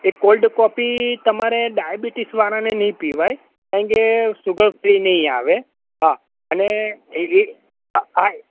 એ cold coffee તમારે ડાયબિટિસવાળાને નય પીવાય કેમકે સુગર ફ્રી નય આવે હા અને એ હા